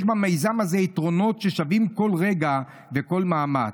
יש במיזם הזה יתרונות ששווים כל רגע וכל מאמץ.